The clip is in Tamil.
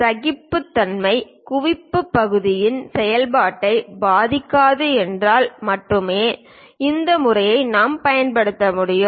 சகிப்புத்தன்மை குவிப்பு பகுதியின் செயல்பாட்டை பாதிக்காது என்றால் மட்டுமே இந்த முறையை நாம் பயன்படுத்த முடியும்